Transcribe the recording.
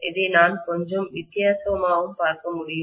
இதை நான் கொஞ்சம் வித்தியாசமாகவும் பார்க்க முடியும்